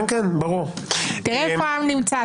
תצאו החוצה, תראו איפה הוא נמצא.